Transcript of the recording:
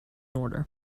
order